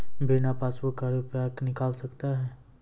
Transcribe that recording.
बिना पासबुक का रुपये निकल सकता हैं?